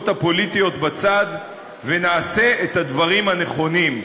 הפוליטיות בצד ונעשה את הדברים הנכונים.